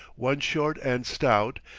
one short and stout,